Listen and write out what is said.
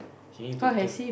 he need to think